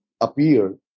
appeared